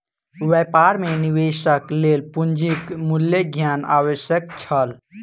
व्यापार मे निवेशक लेल पूंजीक मूल्य ज्ञान आवश्यक छल